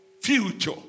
future